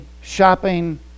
shopping